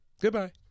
Goodbye